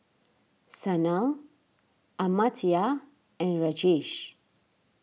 Sanal Amartya and Rajesh